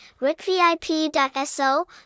rickvip.so